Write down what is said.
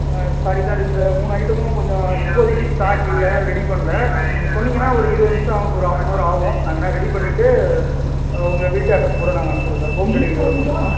sorry sir இந்த மூணு ஐட்டமும் கொஞ்சம் இப்போதிக்கு ஸ்டாக் இல்லை ரெடி பண்ணல நீங்கள் சொன்னீங்கன்னா ஒரு இருபது நிமிஷம் ஒரு ஹாஃபனவர் ஆவும் நாங்கள் வேணா ரெடி பண்ணிவிட்டு உங்கள் வீட்டு அட்ரஸுக்கு கூட நாங்கள் அனுப்ச்சிவிட்றோம் சார் ஹோம் டெலிவரி கூட பண்ணுவோம்